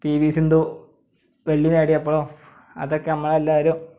P V Sindhu വെള്ളി നേടിയപ്പോൾ അതൊക്കെ നമ്മളെല്ലാരും